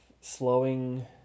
slowing